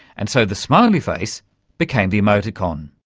and so the smiley face became the emoticon.